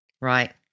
Right